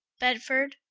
bedford,